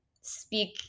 speak